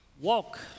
walk